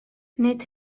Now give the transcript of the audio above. nid